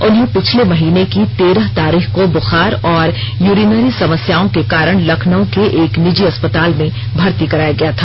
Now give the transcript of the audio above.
उन्हें पिछले महीने की तेरह तारीख को बूखार और यूरीनरी समस्याओं के कारण लखनऊ के एक निजी अस्पताल में भर्ती कराया गया था